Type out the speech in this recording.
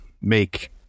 make